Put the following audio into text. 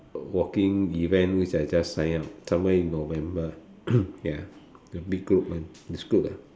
walking event which I just sign up somewhere in november ya big group one it's good lah